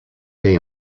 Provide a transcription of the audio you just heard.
day